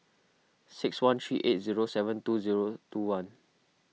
six one three eight zero seven two zero two one